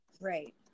right